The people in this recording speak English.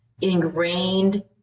ingrained